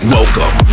Welcome